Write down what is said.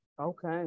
okay